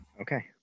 Okay